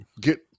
get